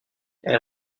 elle